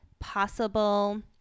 possible